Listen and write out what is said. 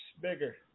bigger